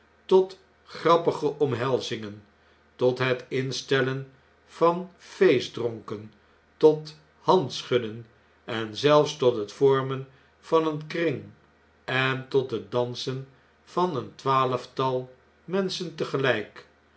tot grappige omhelzingen tot het instellen van feestdronken tot handschudden en zelfs tot het vormen van een kring en tot het dansen van een twaalftal menschen